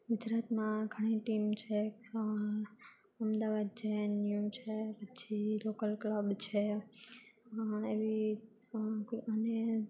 ગુજરાતમાં ઘણી ટીમ છે અમદાવાદ જેએનયુ છે પછી લોકલ ક્લબ છે એવી કોઈ અને